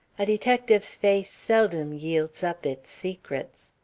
a detective's face seldom yields up its secrets.